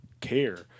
care